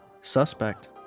suspect